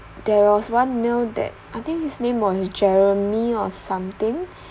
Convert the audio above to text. there was one male that I think his name was jeremy or something